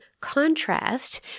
contrast